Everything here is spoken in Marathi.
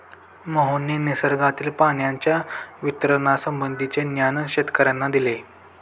मोहनने निसर्गातील पाण्याच्या वितरणासंबंधीचे ज्ञान शेतकर्यांना दिले